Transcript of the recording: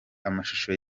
amashusho